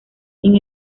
sin